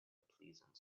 pleasant